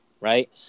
right